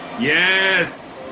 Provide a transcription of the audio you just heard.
yes